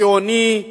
הציוני,